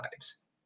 lives